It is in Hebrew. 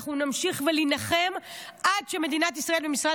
אנחנו נמשיך ונילחם עד שמדינת ישראל ומשרד